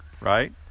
right